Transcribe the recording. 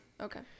okay